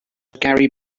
gary